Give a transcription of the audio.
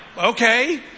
Okay